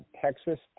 Texas